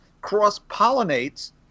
cross-pollinates